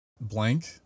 blank